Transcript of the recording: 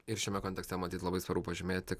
ir šiame kontekste matyt labai svarbu pažymėti